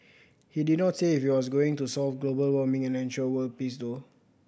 he did not say if he was going to solve global warming and ensure world peace though